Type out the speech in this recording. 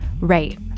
right